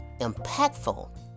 impactful